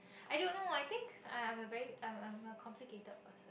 I don't know I think I'm I'm a very I'm I'm a complicated person